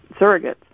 surrogates